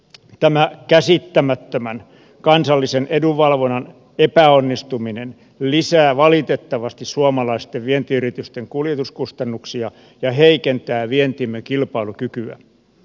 tämä käsittämätön kansallisen edunvalvonnan epäonnistuminen lisää valitettavasti suomalaisten vientiyritysten kuljetuskustannuksia ja heikentää vientimme kilpailukykyä